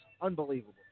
Unbelievable